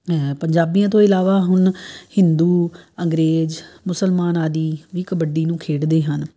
ਪੰਜਾਬੀਆਂ ਤੋਂ ਇਲਾਵਾ ਹੁਣ ਹਿੰਦੂ ਅੰਗਰੇਜ਼ ਮੁਸਲਮਾਨ ਆਦਿ ਵੀ ਕਬੱਡੀ ਨੂੰ ਖੇਡਦੇ ਹਨ